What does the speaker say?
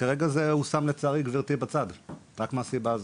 וכרגע גברתי, זה הושם לצערי בצד ורק מהסיבה הזו.